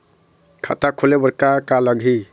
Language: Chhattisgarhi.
खाता खोले बर का का लगही?